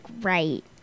right